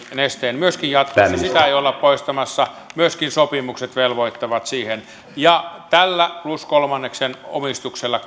nesteen huoltovarmuustehtäviin myöskin jatkossa sitä ei olla poistamassa myöskin sopimukset velvoittavat siihen ja katsotaan että tällä plus kolmanneksen omistuksella